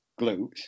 glutes